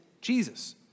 Jesus